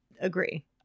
agree